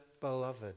beloved